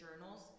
journals